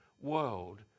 world